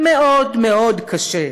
מאוד מאוד קשה.